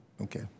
okay